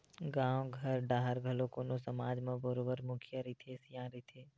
गाँव घर डाहर घलो कोनो समाज म बरोबर मुखिया रहिथे, सियान रहिथे